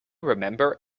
remember